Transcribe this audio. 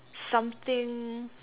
something